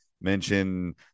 mention